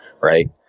right